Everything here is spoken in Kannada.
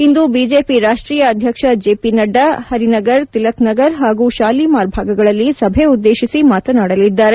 ಇಂದು ಬಿಜೆಪಿ ರಾಷ್ಟೀಯ ಅಧ್ಯಕ್ಷ ಜೆಪಿ ನಡ್ಡಾ ಹರಿನಗರ್ ತಿಲಕ್ನಗರ್ ಹಾಗೂ ಶಾಲಿಮಾರ್ ಭಾಗಗಳಲ್ಲಿ ಸಭೆ ಉದ್ದೇಶಿಸಿ ಮಾತನಾಡಲಿದ್ದಾರೆ